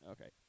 Okay